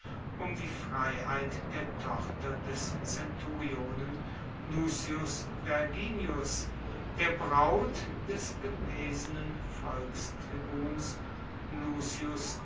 um die freiheit der tochter des centurionen lucius verginius der braut des gewesenen volkstribuns lucius